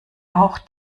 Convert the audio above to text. auch